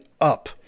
up